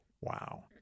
Wow